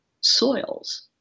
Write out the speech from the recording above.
soils